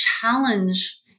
challenge